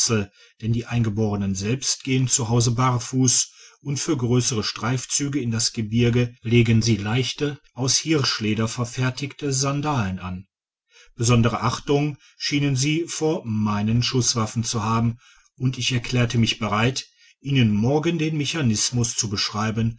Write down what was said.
denn die eingeborenen selbst gehen zu hause barfuss und für grössere streifztige in das gebirge legen sie leichte aus hirschleder verfertigte sandalen an besondere achtung schienen sie vor meinen schusswaffen zu haben und ich erklärte mich bereit ihnen morgen den mechanismus zu beschreiben